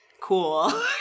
cool